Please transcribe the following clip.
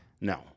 No